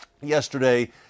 yesterday